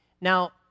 Now